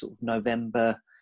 November